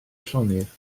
llonydd